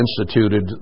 instituted